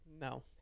No